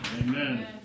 Amen